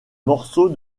morceaux